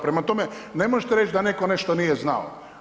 Prema tome, ne možete reći da netko nešto nije znao.